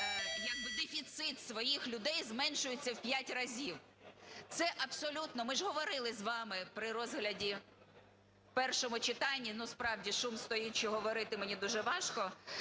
як би дефіцит своїх людей зменшується в п'ять разів. Це абсолютно, ми ж говорили з вами при розгляді в першому читанні… Ну справді, шум стоїть, що говорити мені дуже важко.